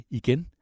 igen